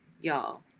y'all